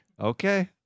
Okay